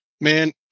Man